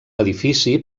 edifici